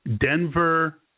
Denver